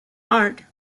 heart